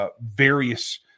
various